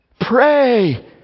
Pray